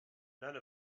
none